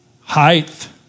height